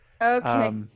Okay